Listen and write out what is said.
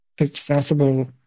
accessible